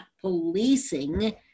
policing